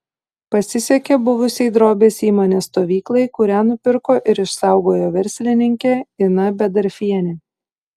pasisekė buvusiai drobės įmonės stovyklai kurią nupirko ir išsaugojo verslininkė ina bedarfienė